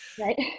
right